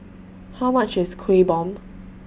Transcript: How much IS Kueh Bom